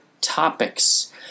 topics